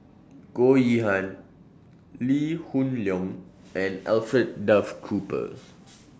Goh Yihan Lee Hoon Leong and Alfred Duff Cooper